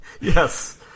Yes